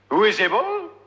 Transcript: visible